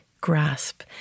grasp